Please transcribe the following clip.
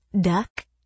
Duck